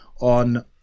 on